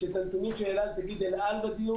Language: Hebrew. שאת הנתונים של אל על תגיד אל על בדיון.